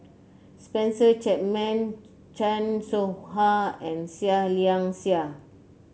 Spencer Chapman Chan Soh Ha and Seah Liang Seah